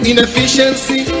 Inefficiency